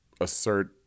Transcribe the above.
assert